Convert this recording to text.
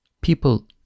people